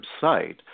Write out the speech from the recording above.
website